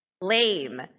Lame